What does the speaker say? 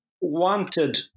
wanted